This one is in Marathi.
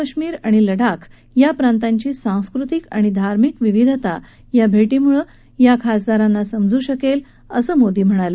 काश्मीर आणि लडाख या प्रांतांची सांस्कृतिक आणि धार्मिक विविधता या भेटीमुळे खासदारांना समजू शकेल असं मोदी म्हणाले